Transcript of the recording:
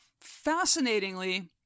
Fascinatingly